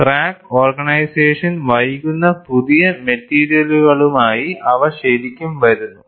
crack organisation വൈകുന്ന പുതിയ മെറ്റീരിയലുകളുമായി അവ ശരിക്കും വരുന്നു